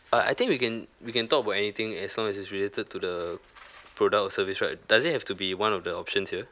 uh I think we can we can talk about anything as long as is related to the product or service right does it have to be one of the options here